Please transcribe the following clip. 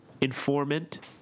informant